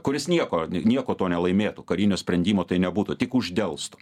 kuris nieko nieko to nelaimėtų karinio sprendimo tai nebūtų tik uždelstų